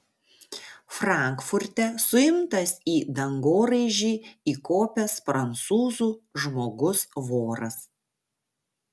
frankfurte suimtas į dangoraižį įkopęs prancūzų žmogus voras